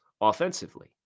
offensively